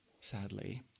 sadly